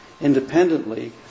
independently